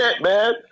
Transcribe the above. man